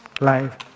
life